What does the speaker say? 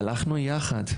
הלכנו יחד,